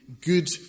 good